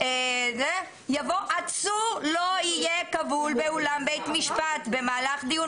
יבוא "עצור לא יהיה כבול באולם בית משפט במהלך דיון